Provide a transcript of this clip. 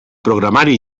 programari